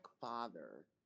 father